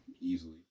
easily